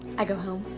i go home.